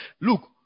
look